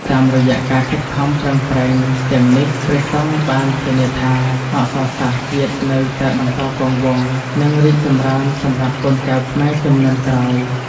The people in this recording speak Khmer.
តាមរយៈការខិតខំប្រឹងប្រែងទាំងនេះ ព្រះសង្ឃបានធានាថា អក្សរសាស្ត្រជាតិនៅតែបន្តគង់វង្ស និងរីកចម្រើនសម្រាប់កូនចៅខ្មែរជំនាន់ក្រោយ។